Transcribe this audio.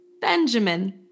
Benjamin